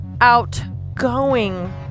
outgoing